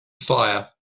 fire